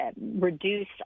reduce